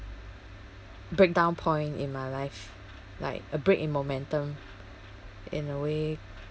breakdown point in my life like a break in momentum in a way